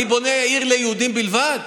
אני בונה עיר ליהודים בלבד?